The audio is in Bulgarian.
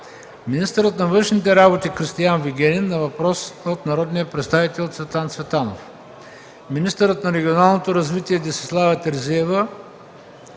министърът на външните работи Кристиан Вигенин – на въпрос от народния представител Цветан Цветанов; - министърът на регионалното развитие Десислава Терзиева